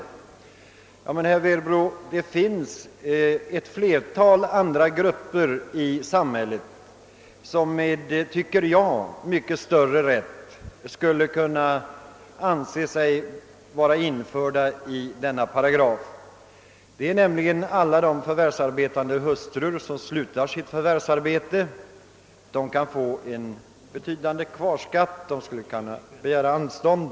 Det finns emellertid, herr Werbro, ett flertal andra grupper i samhället som med mycket större rätt skulle kunna anse sig böra införas i denna paragraf. Alla de förvärvsarbetande hustrur som slutar sitt förvärvsarbete kan få en betydande kvarskatt. De skulle kunna begära anstånd.